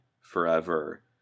forever